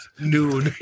Noon